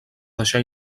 deixar